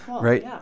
right